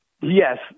Yes